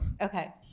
Okay